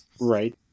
right